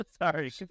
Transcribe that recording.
sorry